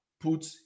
put